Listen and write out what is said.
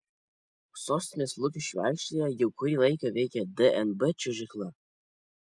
sostinės lukiškių aikštėje jau kurį laiką veikia dnb čiuožykla